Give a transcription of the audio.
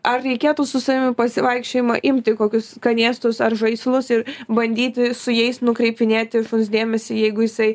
ar reikėtų su savim į pasivaikščiojimą imti kokius skanėstus ar žaislus ir bandyti su jais nukreipinėti šuns dėmesį jeigu jisai